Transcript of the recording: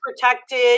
protected